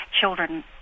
children